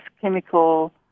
chemical